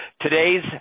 today's